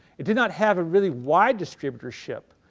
it did not have a really wide distributorship.